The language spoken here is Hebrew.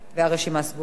והרשימה סגורה.